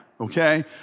okay